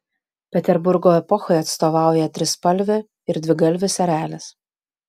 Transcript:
peterburgo epochai atstovauja trispalvė ir dvigalvis erelis